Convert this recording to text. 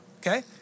Okay